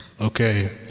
Okay